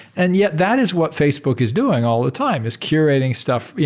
and yet that is what facebook is doing all the time, is curating stuff. yeah